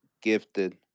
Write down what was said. Gifted